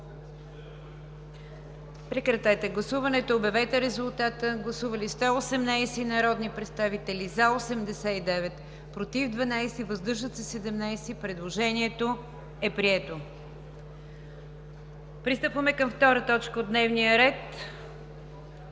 режим на гласуване. Гласували 118 народни представители: за 89, против 12, въздържали се 17. Предложението е прието. Пристъпваме към втора точка от дневния ред: